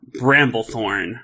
Bramblethorn